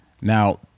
Now